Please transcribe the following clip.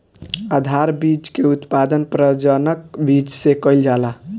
आधार बीज के उत्पादन प्रजनक बीज से कईल जाला